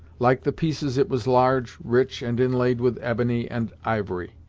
like the pieces it was large, rich, and inlaid with ebony and ivory.